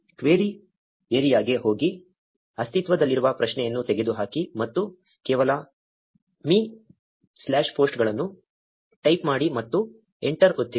query ಏರಿಯಾಗೆ ಹೋಗಿ ಅಸ್ತಿತ್ವದಲ್ಲಿರುವ ಪ್ರಶ್ನೆಯನ್ನು ತೆಗೆದುಹಾಕಿ ಮತ್ತು ಕೇವಲ ಮಿ ಸ್ಲಾಶ್ ಪೋಸ್ಟ್ಗಳನ್ನು ಟೈಪ್ ಮಾಡಿ ಮತ್ತು ಎಂಟರ್ ಒತ್ತಿರಿ